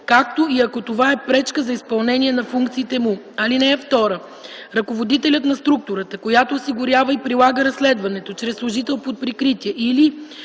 както и ако това е пречка за изпълнение на функциите му. (2) Ръководителят на структурата, която осигурява и прилага разследването чрез служител под прикритие, или